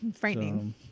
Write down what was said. Frightening